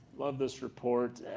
love this report.